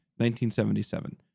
1977